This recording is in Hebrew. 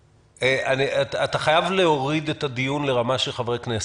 אתה חייב להוריד את הדיון לרמה של חברי כנסת.